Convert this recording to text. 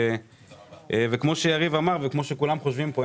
וכפי שכולם חושבים פה,